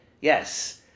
Yes